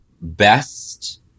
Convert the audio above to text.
Best